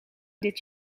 dit